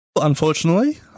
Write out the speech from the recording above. unfortunately